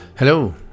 Hello